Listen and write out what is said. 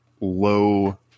low